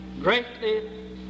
greatly